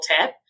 tip